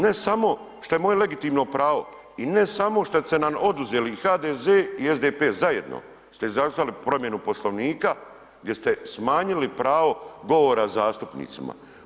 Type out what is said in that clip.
Ne samo što je moje legitimno pravo i ne samo šta ste nam oduzeli i HDZ i SDP zajedno ste izazvali promjenu Poslovnika gdje ste smanjili pravo govora zastupnicima.